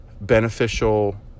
beneficial